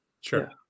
Sure